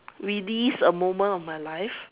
relive a moment of my life